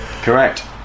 correct